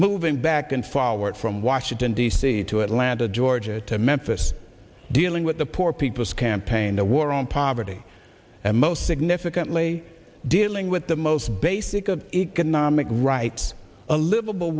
moving back and forward from washington d c to atlanta georgia to memphis dealing with the poor people's campaign the war on poverty and most significantly dealing with the most basic of economic rights a livable